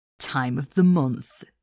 time-of-the-month